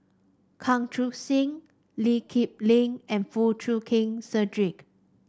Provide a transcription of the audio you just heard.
Chan Chun Sing Lee Kip Lin and Foo Chee Keng Cedric